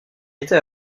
était